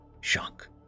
shock